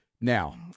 Now